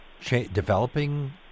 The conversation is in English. developing